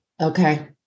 Okay